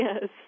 yes